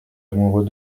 amoureux